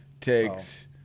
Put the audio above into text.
takes